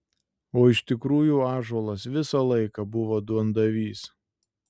o iš tikrųjų ąžuolas visą laiką buvo duondavys